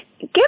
give